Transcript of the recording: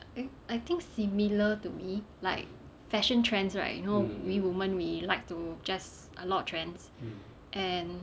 I think similar to me like fashion trends right you know we women we like to dress a lot of trends and